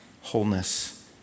wholeness